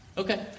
Okay